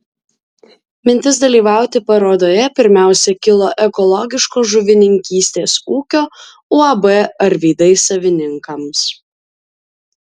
mintis dalyvauti parodoje pirmiausia kilo ekologiškos žuvininkystės ūkio uab arvydai savininkams